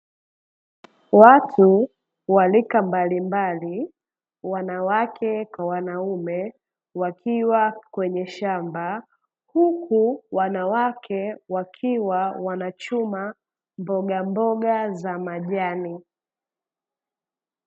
Watu wa rika mbalimbali wanawake kwa wanaume wakiwa kwenye shamba, huku wanawake wakiwa wanachuma mbogamboga za majani.